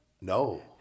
No